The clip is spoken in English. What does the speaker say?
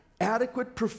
Adequate